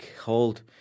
hold